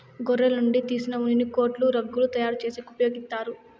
గొర్రెల నుంచి తీసిన ఉన్నిని కోట్లు, రగ్గులు తయారు చేసేకి ఉపయోగిత్తారు